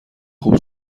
خوب